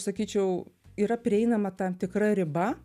sakyčiau yra prieinama tam tikra riba